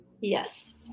Yes